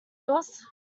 yours